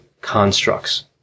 constructs